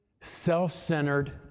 self-centered